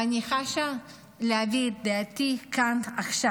ואני חשה צורך להביע את דעתי כאן עכשיו.